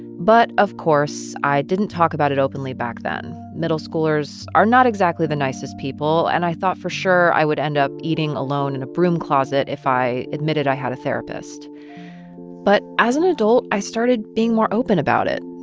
but, of course, i didn't talk about it openly back then. middle schoolers are not exactly the nicest people, and i thought for sure i would end up eating alone in a broom closet if i admitted i had a therapist but as an adult, i started being more open about it,